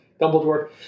Dumbledore